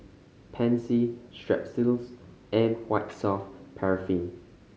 Pansy Strepsils and White Soft Paraffin